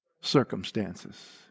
circumstances